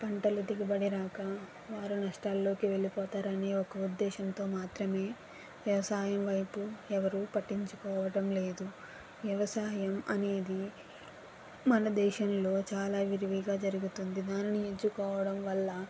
పంటలు దిగుబడి రాక వారు నష్టాల్లోకి వెళ్ళిపోతారు అని ఒక ఉద్దేశంతో మాత్రమే వ్యవసాయం వైపు ఎవరూ పట్టించుకోవటం లేదు వ్యవసాయం అనేది మన దేశంలో చాలా విరివిగా జరుగుతుంది దానిని ఎంచుకోవడం వల్ల